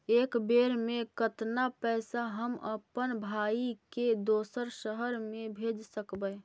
एक बेर मे कतना पैसा हम अपन भाइ के दोसर शहर मे भेज सकबै?